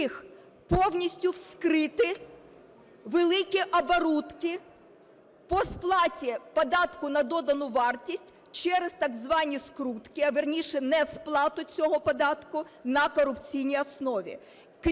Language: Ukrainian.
встиг повністю вскрити великі оборудки по сплаті податку на додану вартість через так звані скрутки, а, вірніше, несплату цього податку, на корупційній основі.